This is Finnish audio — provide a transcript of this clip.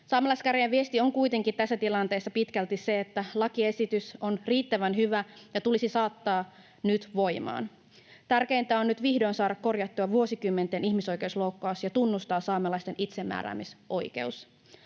Saamelaiskäräjien viesti on kuitenkin tässä tilanteessa pitkälti se, että lakiesitys on riittävän hyvä ja tulisi saattaa nyt voimaan. Tärkeintä on nyt vihdoin saada korjattua vuosikymmenten ihmisoikeusloukkaus ja tunnustaa saamelaisten itsemääräämisoikeus.